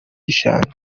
gishanga